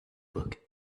book